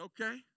okay